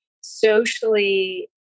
socially